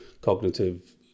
cognitive